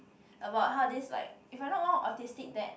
about how this like if I'm not wrong autistic dad